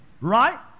right